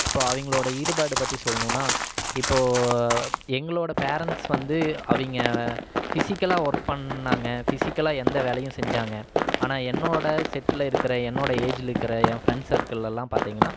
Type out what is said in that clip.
இப்போ அவங்களோட ஈடுபாடு பற்றி சொல்லணுன்னா இப்போது எங்களோடய பேரண்ட்ஸ் வந்து அவங்க ஃபிசிக்கலாக ஒர்க் பண்ணாங்கள் ஃபிசிக்கலாக எந்த வேலையும் செஞ்சாங்கள் ஆனால் என்னோடய செட்டில் இருக்கிற என்னோடய ஏஜ்ஜில் இருக்குற என் ஃபரெண்ட்ஸ் சர்க்குள்லலாம் பார்த்திங்கன்னா